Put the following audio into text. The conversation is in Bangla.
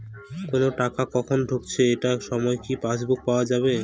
কোনো টাকা কখন ঢুকেছে এটার সময় কি পাসবুকে পাওয়া যাবে?